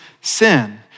sin